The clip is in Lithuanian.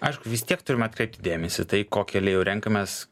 aišku vis tiek turim atkreipti dėmesį tai kokį aliejų renkamės